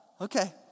Okay